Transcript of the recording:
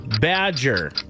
Badger